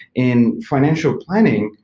in financial planning,